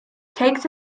takes